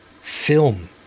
film